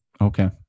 Okay